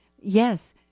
Yes